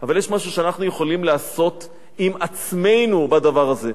אבל יש משהו שאנחנו יכולים לעשות עם עצמנו בדבר הזה.